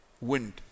Wind